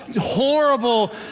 horrible